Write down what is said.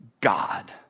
God